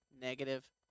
negative